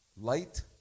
Light